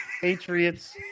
Patriots